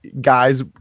guys